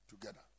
together